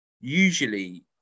usually